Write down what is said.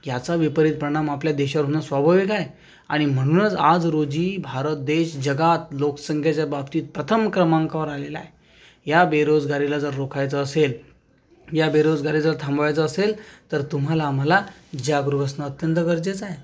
याचा विपरीत परिणाम आपल्या देशावर होणं स्वाभाविक आहे आणि म्हणूनच आज रोजी भारत देश जगात लोकसंख्येच्या बाबतीत प्रथम क्रमांकावर आलेला आहे या बेरोजगारीला जर रोखायचं असेल या बेरोजगारीला जर थांबवायचं असेल तर तुम्हाला आम्हाला जागरूक असणं अत्यंत गरजेचं आहे